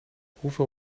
hoeveel